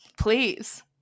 please